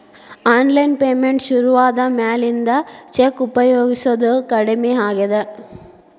online payment ಶುರುವಾದ ಮ್ಯಾಲಿಂದ cheque ಉಪಯೊಗಸೋದ ಕಡಮಿ ಆಗೇದ